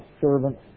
servant's